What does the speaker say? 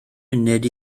munud